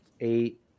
eight